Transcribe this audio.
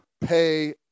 pay